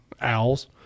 owls